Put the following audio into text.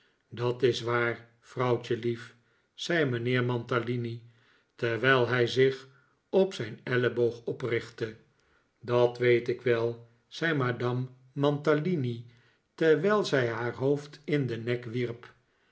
dat is waar vrouwtjelief zei mijnheer mantalini terwijl hij zich op zijn elleboog oprichtte dat weet ik wel zei madame mantalini terwijl zij haar hoofd in den nek wierp